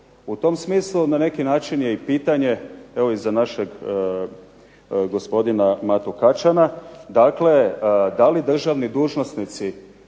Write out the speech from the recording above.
U tom smislu na neki način je i pitanje, evo i za našeg gospodina Matu Kačana, dakle da li državni dužnosnici